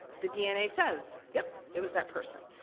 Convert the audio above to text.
the dna says, yep, it was that person.